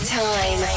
time